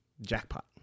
jackpot